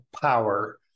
power